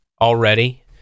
already